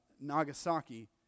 Nagasaki